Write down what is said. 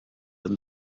than